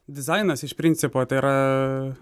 dizainas iš principo tai yra